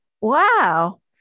Wow